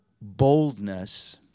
boldness